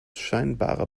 scheinbare